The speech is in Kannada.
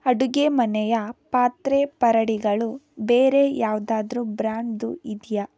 ಅಡುಗೆ ಮನೆಯ ಪಾತ್ರೆ ಪರಡಿಗಳು ಬೇರೆ ಯಾವುದಾದ್ರೂ ಬ್ರ್ಯಾಂಡ್ದು ಇದೆಯಾ